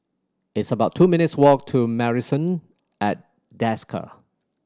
it's about two minutes' walk to Marrison at Desker